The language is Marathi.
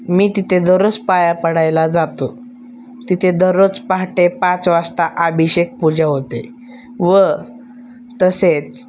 मी तिथे दररोज पाया पडायला जातो तिथे दररोज पहाटे पाच वाजता अभिषेक पूजा होते व तसेच